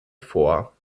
vor